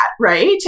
right